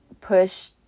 push